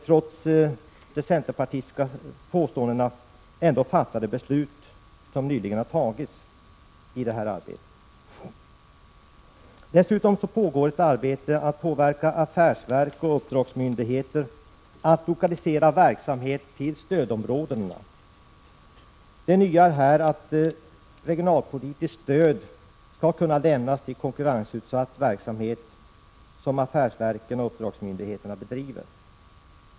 Trots de centerpartistiska påståendena finns det beslut som nyligen tagits i detta arbete. Dessutom pågår ett arbete med att påverka affärsverk och uppdragsmyndigheter att lokalisera verksamhet till stödområdena. Det nya är här att regionalpolitiskt stöd skall lämnas till konkurrensutsatt verksamhet som affärsverken och uppdragsmyndigheterna bedriver.